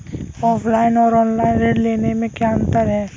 Offline और online ऋण लेने में क्या अंतर है?